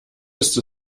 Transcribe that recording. ist